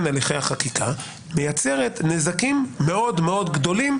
הליכי החקיקה מייצרת נזקים מאוד מאוד גדולים,